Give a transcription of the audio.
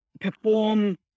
perform